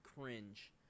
cringe